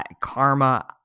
karma